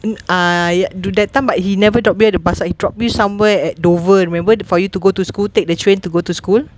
uh ya do that time but he never drop you at the bus stop he drop you somewhere at dover remember for you to go to school take the train to go to school